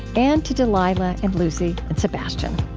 and to delilah and lucy and sebastian